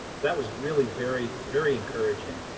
that was really very very encouraging.